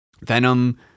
Venom